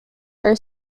are